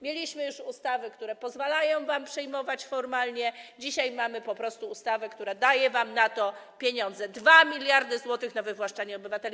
Mieliśmy już ustawy, które pozwalają wam to przejmować formalnie, dzisiaj mamy po prostu ustawę, która daje wam na to pieniądze - 2 mld zł na wywłaszczanie obywateli.